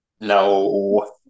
No